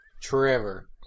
Trevor